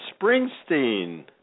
Springsteen